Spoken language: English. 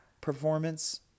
performance